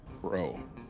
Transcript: bro